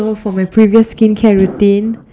so for my previous skincare routine